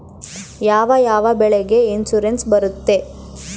ಯಾವ ಯಾವ ಬೆಳೆಗೆ ಇನ್ಸುರೆನ್ಸ್ ಬರುತ್ತೆ?